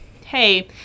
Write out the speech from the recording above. hey